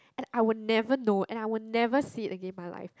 and I will never know and I will never see it again in my life